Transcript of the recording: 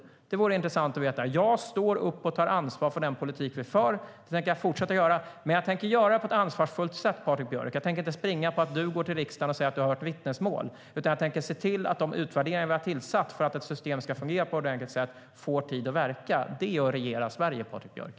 Det vore intressant att veta. Jag står upp och tar ansvar för den politik vi för. Det tänker jag fortsätta göra, och jag tänker göra det på ett ansvarsfullt sätt, Patrik Björck. Jag tänker inte springa på att du går till riksdagen och säger att du har hört vittnesmål, utan jag tänker se till att de utvärderingar vi har tillsatt för att ett system ska fungera på ett ordentligt sätt får tid att verka. Det är att regera Sverige, Patrik Björck.